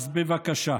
אז בבקשה.